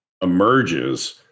emerges